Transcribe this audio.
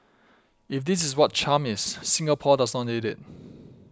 if this is what charm is Singapore does not need it